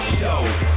show